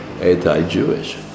anti-Jewish